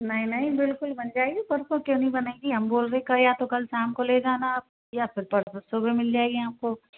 नहीं नहीं बिल्कुल बन जाएगी परसों क्यों नहीं बनेगी हम बोल रहे है कल या तो कल शाम को ले जाना आप या फिर परसों सुबह मिल जाएगी आपको